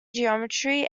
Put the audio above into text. geometry